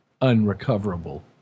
unrecoverable